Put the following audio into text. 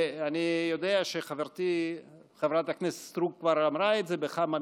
אני יודע שחברתי חברת הכנסת סטרוק כבר אמרה את זה בכמה מילים,